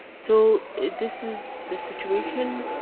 so this is the situation.